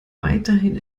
weiterhin